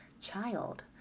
child